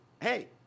hey